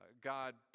God